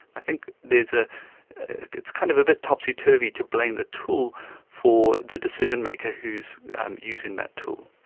i think there's, ah it's kind of a bit topsy-turvy to blame the tool for the decision-maker who is using that tool.